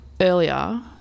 earlier